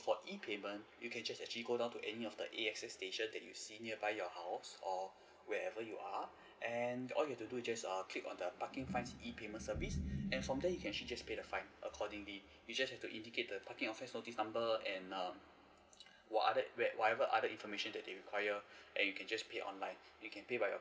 for E payment you can just actually go down to any of the A_X_S station that you see nearby your house or wherever you are and all you have to do just err click on the parking fines E payment service and from there you can actually just pay the fine accordingly you just have to indicate the parking offence notice number and err what are that whatever other information that they require then you can just pay online you can pay via